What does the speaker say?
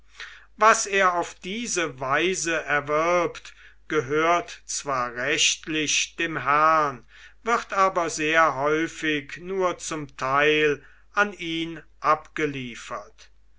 was er auf diese weise erwirbt gehört zwar rechtlich dem herrn wird aber sehr häufig nur zum teil an ihn abgeliefert